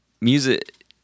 music